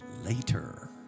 later